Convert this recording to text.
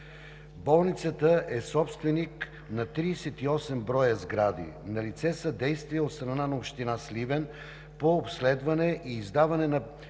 Болницата е собственик на 38 броя сгради. Налице са действия от страна на община Сливен по обследване и издаване на